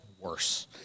worse